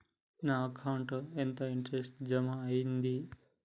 నా అకౌంట్ ల ఎంత ఇంట్రెస్ట్ జమ అయ్యింది?